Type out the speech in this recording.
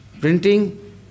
printing